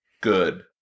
good